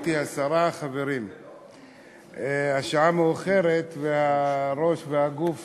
גברתי השרה, חברים, השעה מאוחרת והראש והגוף